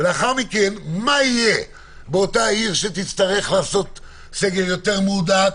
מה יהיה בעיר שתצטרך לעשות סגר יותר מהודק?